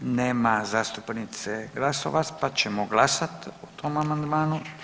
Nema zastupnice Glasovac, pa ćemo glasat o tom amandmanu.